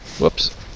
Whoops